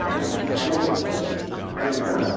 hello hello hello madam